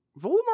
voldemort